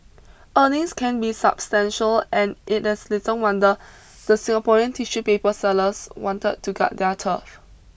earnings can be substantial and it is little wonder the Singaporean tissue paper sellers wanted to guard their turf